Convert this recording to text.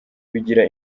bigira